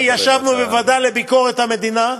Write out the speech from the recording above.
כי ישבנו בוועדה לביקורת המדינה,